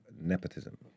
nepotism